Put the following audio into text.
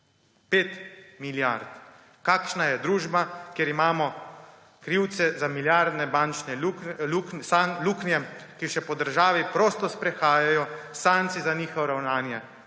5 milijard. Kakšna je družba, kjer imamo krivce za milijardne bančne luknje, ki se po državi prosto sprehajajo, sankcij za njihovo ravnanje